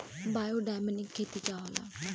Biodynamic खेती का होला?